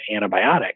antibiotic